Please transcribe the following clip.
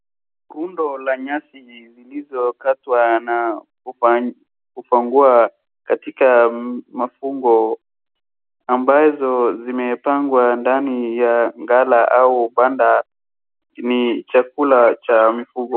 Rundo la nyasi zilizokatwa na kufungwa katika mafungo ambazo zimepangwa ndani ya gala au banda ni chakula cha mifugo.